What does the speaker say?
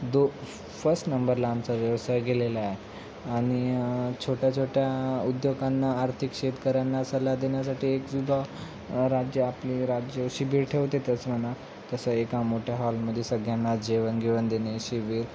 दो first नंबरला आमचा व्यवसाय गेलेला आहे आणि छोट्या छोट्या उद्योगांना आर्थिक शेतकऱ्यांना सल्ला देण्यासाठी एकसुद्धा राज्य आपली राज्य शिबीर ठेवतेतच म्हणा तसं एका मोठ्या हॉलमध्ये सगळ्यांना जेवणगेवण देणे शिबीर